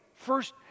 First